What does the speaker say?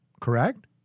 correct